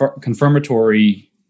confirmatory